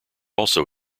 also